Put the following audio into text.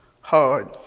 hard